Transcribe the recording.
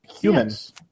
Humans